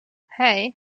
hej